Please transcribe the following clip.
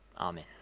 Amen